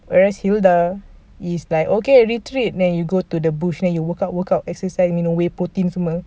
where as hilda is like okay retreat then you go to the bush then you work out work out and exercise minum protein semua